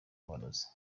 amarozi